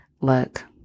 Look